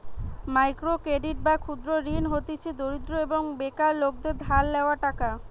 micro credit বা ক্ষুদ্র ঋণ হতিছে দরিদ্র এবং বেকার লোকদের ধার লেওয়া টাকা